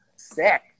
Sick